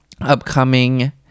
upcoming